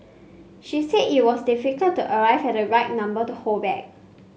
she said it was difficult to arrive at the right number to hold back